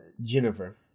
Jennifer